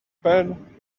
pan